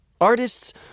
Artists